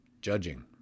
Judging